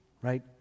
Right